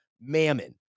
mammon